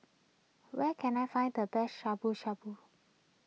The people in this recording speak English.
where can I find the best Shabu Shabu